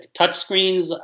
Touchscreens